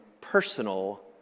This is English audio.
personal